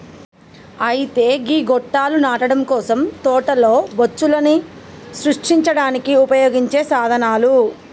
అయితే గీ గొట్టాలు నాటడం కోసం తోటలో బొచ్చులను సృష్టించడానికి ఉపయోగించే సాధనాలు